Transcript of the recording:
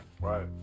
right